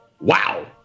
wow